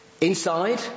Inside